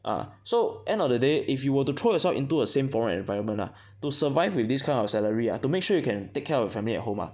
uh so end of the day if you were to throw yourself into a same foreign environment ah to survive with this kind of salary ah to make sure you can take care of your family at home ah